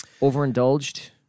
Overindulged